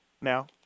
now